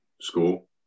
school